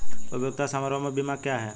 उपयोगिता समारोह बीमा क्या है?